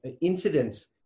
incidents